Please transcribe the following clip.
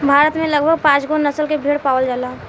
भारत में लगभग पाँचगो नसल के भेड़ पावल जाला